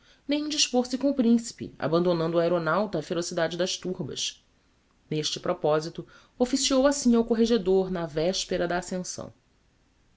nem indispôr se com o principe abandonando o aeronauta á ferocidade das turbas neste proposito officiou assim ao corregedor na véspera da ascensão